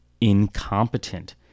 incompetent